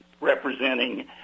representing